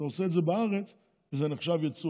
אתה עושה את זה בארץ וזה עדיין נחשב יצוא.